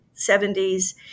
70s